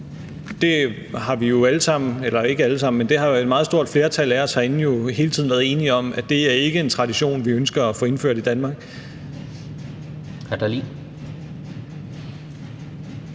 engang i foråret, tror jeg det var. Det har et meget stort flertal af os herinde jo hele tiden været enige om ikke er en tradition, vi ønsker at få indført i Danmark.